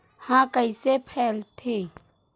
ह कइसे फैलथे?